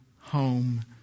home